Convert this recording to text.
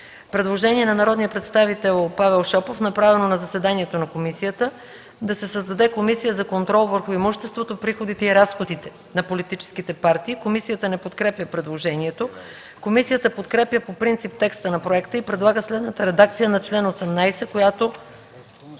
Предложение на народния представител Павел Шопов, направено на заседанието на комисията – да се създаде Комисия за контрол върху имуществото, приходите и разходите на политическите партии. Комисията не подкрепя предложението. Комисията подкрепя по принцип текста на проекта и предлага следната редакция на чл. 18, който